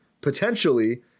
potentially